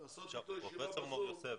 פרופ' מור יוסף,